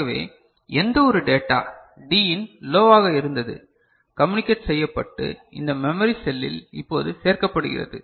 ஆகவே எந்த ஒரு டேட்டா Dஇன் லோவாக இருந்தது கம்யுனிகட் செய்யப்பட்டு இந்த மெமரி செல்லில் இப்போது சேர்க்கப்படுகிறது